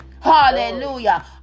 Hallelujah